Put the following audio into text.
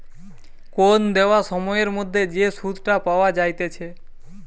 কোন দেওয়া সময়ের মধ্যে যে সুধটা পাওয়া যাইতেছে